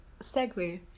segue